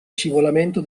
scivolamento